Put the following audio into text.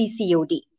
PCOD